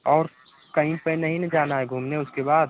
और कहीं पर नहीं न जाना है घूमने उसके बाद